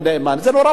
זה נורא פשוט.